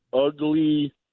ugly